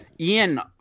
Ian